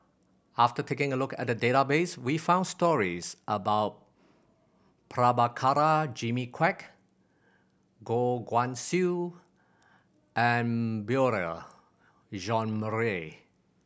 after taking a look at the database we found stories about Prabhakara Jimmy Quek Goh Guan Siew and Beurel Jean Marie